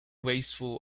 wasteful